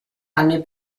anni